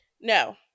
No